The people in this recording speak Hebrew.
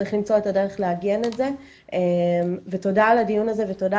וצריך למצוא את הדרך לעגן את זה ותודה על הדיון הזה ותודה